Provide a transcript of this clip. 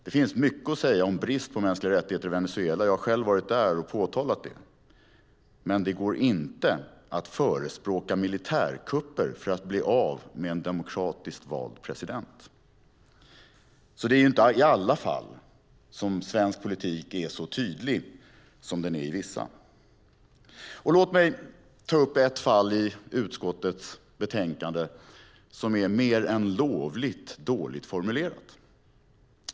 Det finns mycket att säga om brist på mänskliga rättigheter i Venezuela - jag har själv varit där och påtalat det. Men det går inte att förespråka militärkupper för att bli av med en demokratiskt vald president. Det är alltså inte i alla fall som svensk politik är så tydlig som den är i vissa. Låt mig ta upp ett fall i utskottets betänkande som är mer än lovligt dåligt formulerat!